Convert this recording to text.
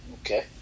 okay